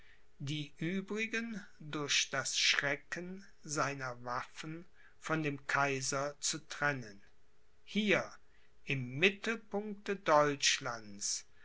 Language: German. die übrigen durch das schrecken seiner waffen von dem kaiser zu trennen hier im mittelpunkte deutschlands